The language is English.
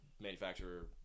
manufacturer